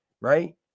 right